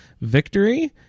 victory